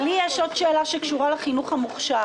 לי יש עוד שאלה לגבי החינוך המוכשר